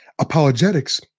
Apologetics